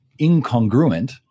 incongruent